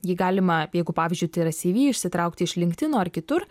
jį galima jeigu pavyzdžiui tai yra syvy išsitraukti iš linktino ar kitur